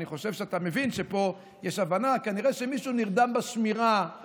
אני חושב שאתה מבין שפה יש הבנה: כנראה שמישהו נרדם בשמירה,